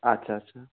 আচ্ছা আচ্ছা